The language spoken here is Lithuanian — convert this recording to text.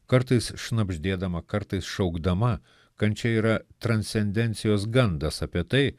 kartais šnabždėdama kartais šaukdama kančia yra transcendencijos gandas apie tai